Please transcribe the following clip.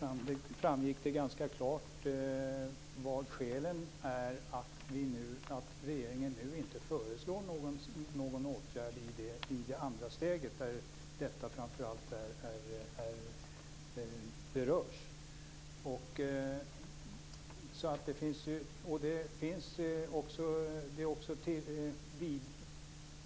Det framgick ganska klart vilka skälen är till att regeringen nu inte föreslår någon åtgärd i det andra steget där detta framför allt berörs.